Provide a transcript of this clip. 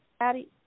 Addie